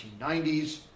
1990s